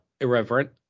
irreverent